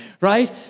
right